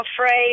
afraid